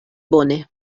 bone